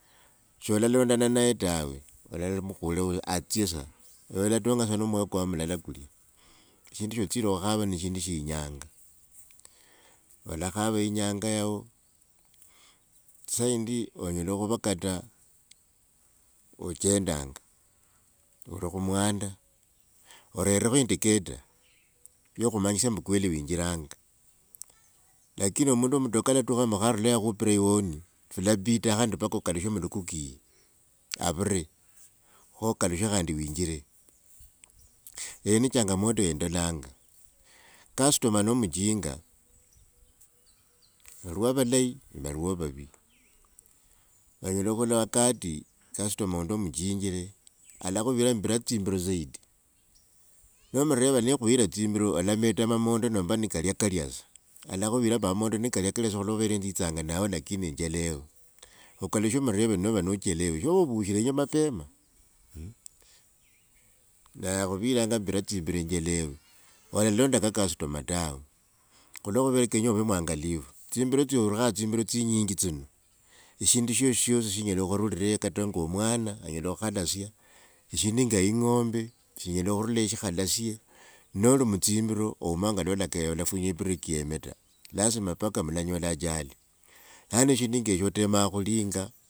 Sholalondana naye tawe olamlakhula atsye tsa. Ewe olatonga sa no mwoyo kwowo mulala kulya. Shindu sho otsire khukhava ne shindu sheyenyanga. Olakhava inyanga yao, saa yindi onyela khuva kata ochendanga, oli khu mwanda, orerekho indicator khumanyisia ombu kweli winjiranga lakini mundu wo mutoka alatukha ombu kha aruleyo akhupra e honi kalapida khandi ombu mpaka okalushe mulukuku eyi avire kho kalushe khandi winjire. Eyo ni changamoto ye ndolanga. Customer no muchinga valiwo valeyi valiwo vavi, onyela khulola wakati customer undi omchinjre alakhuvira tsimbiro zaidi nomreva nekhuira tsimbiro olameta mamondo nomba ni kalya kalya vutsa, alakhuvira mamondo ni kalya kalya sikhulola mwe nzitsanga nawe lakini njereve, okalushe nova ni uchelewe sho vushrenje mapema, naye akhuviranga mbira tsimbiro njelewe, olalonda ka customer tawe, khula khuva kenya ovee mwangalifu, tsimbiro tsya wirukha tsimbiro tsinyinji tsino e shindu shosi shosi shinyela khurula eyo kata nga omwana anyela khukhalasia, shindu nga ing'ombe shinyela khurula shikhalasie, noli mutsimbiro ouma shinga olakaya, olafunja e breaky yeme ta. Lasima mpaka mulanyola ajali. Lano shindu nga esho otema khuli nga.